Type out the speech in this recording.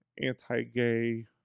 anti-gay